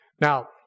Now